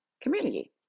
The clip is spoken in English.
community